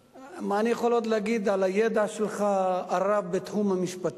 מה אני יכול עוד להגיד על הידע הרב שלך בתחום המשפטים,